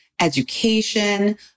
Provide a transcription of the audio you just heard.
education